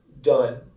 done